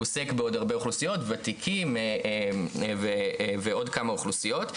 הוא עוסק בעוד הרבה אוכלוסיות ותיקים ועוד כמה אוכלוסיות.